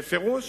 בפירוש